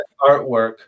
artwork